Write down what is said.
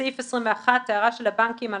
בסעיף 21, הערה של הבנקים על